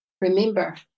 Remember